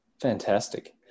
Fantastic